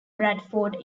bradford